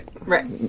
Right